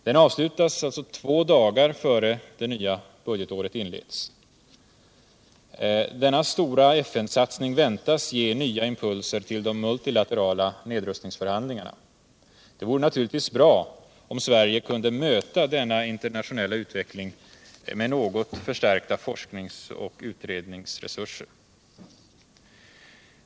Den avslutas alltså två dagar innan det nya budgetåret inleds. Denna stora FN-satsning väntas ge nya impulser till de multilaterala nedrustningsförhandlingarna. Det vore naturligtvis bra om Sverige kunde möta denna internationella utveckling med något förstärkta forskningsoch utredningsresurser.